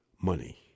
money